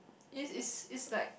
it is it's like